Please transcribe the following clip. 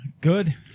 Good